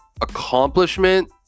accomplishment